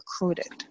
recruited